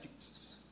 Jesus